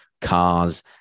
cars